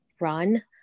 Run